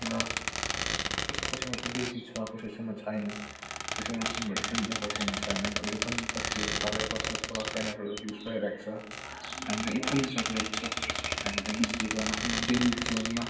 र कसै कसैकोमा त बिजुली छ कसैकोमा छैन कसैकोमा इन्भटर पनि छ कसैकोमा छैन अहिले पनि बत्तीहरू बालेर बसेर सोलर पेनलहरू युज भइरहेको छ हामीलाई एकदमै जरुरत छ हामीलाई बिजुलीको आफ्नो डेली जीवनमा